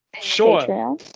sure